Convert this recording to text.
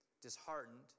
Disheartened